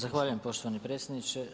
Zahvaljujem poštovani predsjedniče.